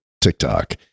TikTok